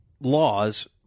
laws